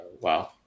wow